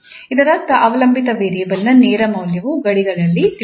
ಇದರರ್ಥ ಅವಲಂಬಿತ ವೇರಿಯೇಬಲ್ನ ನೇರ ಮೌಲ್ಯವು ಗಡಿಗಳಲ್ಲಿ ತಿಳಿದಿದೆ